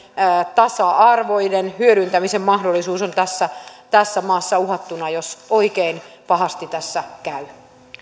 tasa arvoinen varhaiskasvatuksen hyödyntämisen mahdollisuus on tässä tässä maassa uhattuna jos oikein pahasti tässä käy